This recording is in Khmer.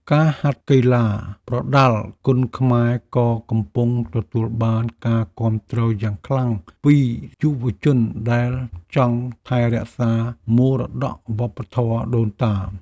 ការហាត់កីឡាប្រដាល់គុនខ្មែរក៏កំពុងទទួលបានការគាំទ្រយ៉ាងខ្លាំងពីយុវជនដែលចង់ថែរក្សាមរតកវប្បធម៌ដូនតា។